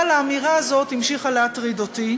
אבל האמירה הזאת המשיכה להטריד אותי,